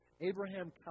Abraham